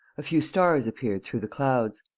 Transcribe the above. a few stars appeared through the clouds.